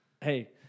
Hey